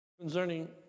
concerning